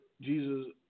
Jesus